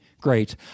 great